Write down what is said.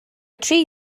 tri